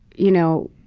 you know,